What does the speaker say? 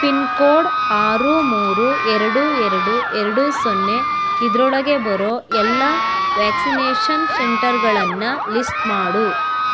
pin code ಆರು ಮೂರು ಎರಡು ಎರಡು ಎರಡು ಸೊನ್ನೆ ಇದರೊಳಗೆ ಬರೋ ಎಲ್ಲ ವ್ಯಾಕ್ಸಿನೇಷನ್ ಸೆಂಟರ್ಗಳನ್ನ ಲಿಸ್ಟ್ ಮಾಡು